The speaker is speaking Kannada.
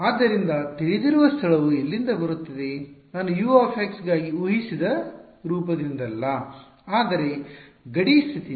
ಆದ್ದರಿಂದ ತಿಳಿದಿರುವ ಸ್ಥಳವು ಎಲ್ಲಿಂದ ಬರುತ್ತಿದೆ ನಾನು U ಗಾಗಿ ಉಹಿಸಿದ ರೂಪದಿಂದಲ್ಲ ಆದರೆ ಗಡಿ ಸ್ಥಿತಿಯಿಂದ